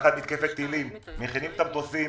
תחת מתקפת טילים מכינים את המטוסים